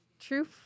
True